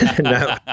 No